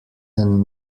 than